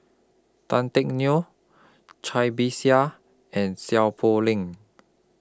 Tan Teck Neo Cai Bixia and Seow Poh Leng